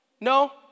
No